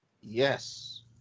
Yes